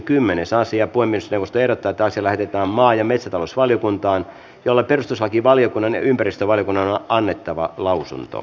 puhemiesneuvosto ehdottaa että asia lähetetään maa ja metsätalousvaliokuntaan jolle perustuslakivaliokunnan ja ympäristövaliokunnan on annettava lausunto